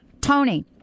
Tony